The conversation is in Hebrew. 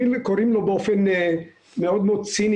קוראים לו באופן מאוד מאוד ציני